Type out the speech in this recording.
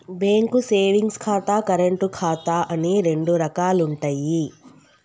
bank savings ఖాతా, current ఖాతా అని రెండు రకాలుంటయ్యి